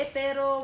pero